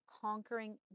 conquering